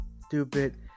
stupid